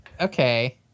Okay